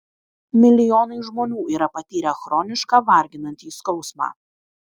milijonai žmonių yra patyrę chronišką varginantį skausmą